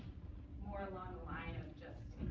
more along the line of just